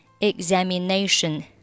examination